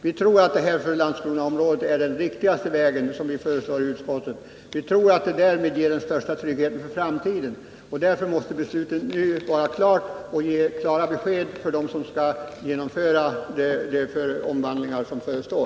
Vi tror att det utskottet föreslår är den riktigaste vägen för Landskronaområdet. Vi tror att den ger den största tryggheten för framtiden. Därför måste beslutet fattas nu och ge klara besked till dem som skall genomföra de omvandlingar som förestår.